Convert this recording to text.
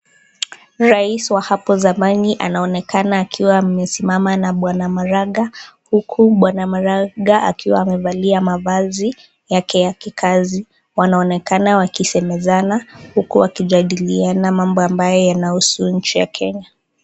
Rais wa hapo zamani anaonekana akiwa amesimama na bwana maraga huku bwana maraga akiwa amevalia mavazi yake ya kikazi. Wanaonekana wakisemezana huku wakijadiliana mambo ambayo yanahusu nchi ya kenya